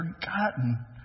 forgotten